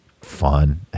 fun